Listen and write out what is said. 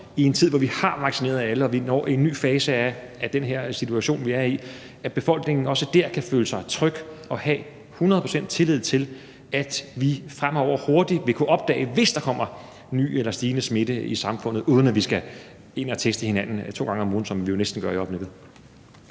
i en tid, hvor vi har vaccineret alle, og hvor vi når en ny fase af den her situation, vi er i, kan føle sig tryg og have hundrede procent tillid til, at vi fremover hurtigt vil kunne opdage, hvis der kommer ny eller stigende smitte i samfundet, uden at vi skal ind og teste hinanden to gange om ugen, som vi jo næsten gør i øjeblikket.